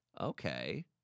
Okay